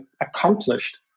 accomplished